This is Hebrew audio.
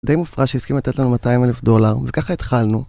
די מופרע שהסכים לתת לנו 200,000 דולר, וככה התחלנו.